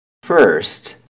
First